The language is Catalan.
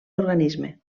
organisme